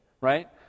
Right